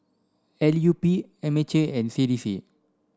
l U P M H A and C D C